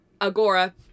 Agora